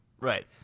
Right